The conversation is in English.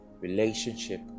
Relationship